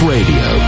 Radio